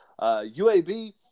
UAB